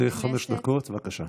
לרשותך חמש דקות, בבקשה.